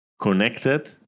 connected